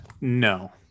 No